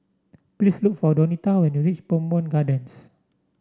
please look for Donita when you reach Bowmont Gardens